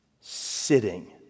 sitting